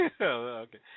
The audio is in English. Okay